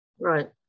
Right